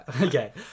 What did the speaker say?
Okay